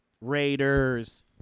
Raiders